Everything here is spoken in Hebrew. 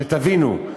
שתבינו,